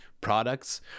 products